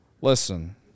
listen